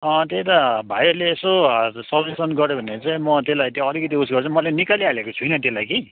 त्यही त भाइहरूले यसो सजेसन गऱ्यो भने चाहिँ म त्यसलाई त्यो अलिकति उसो गर्छु मैले निकालिहालेको छुइनँ त्यसलाई कि